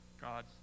God